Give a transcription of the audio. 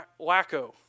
wacko